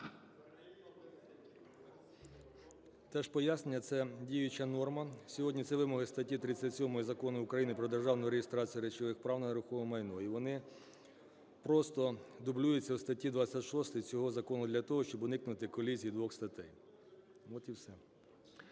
Те ж пояснення. Це діюча норма, сьогодні це вимоги статті 37 Закону України "Про державну реєстрацію речових прав на нерухоме майно", і вони просто дублюються в статті 26 цього закону для того, щоб уникнути колізії двох статей. От і все.